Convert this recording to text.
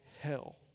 hell